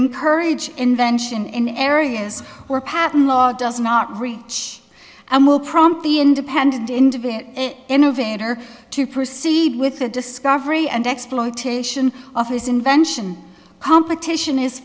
encourage invention in areas where patent law does not reach and will prompt the independent individual innovator to proceed with the discovery and exploitation of this invention competition is